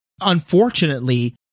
unfortunately